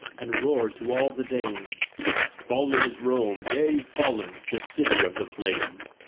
and roared to all the danes fallen is rome, yea, fallen the city of the plains!